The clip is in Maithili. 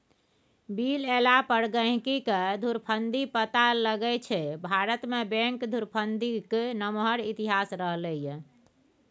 बिल एला पर गहिंकीकेँ धुरफंदी पता लगै छै भारतमे बैंक धुरफंदीक नमहर इतिहास रहलै यै